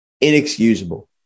inexcusable